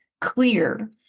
clear